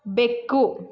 ಬೆಕ್ಕು